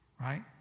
right